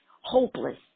hopeless